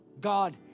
God